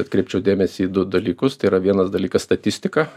atkreipčiau dėmesį į du dalykus tai yra vienas dalykas statistika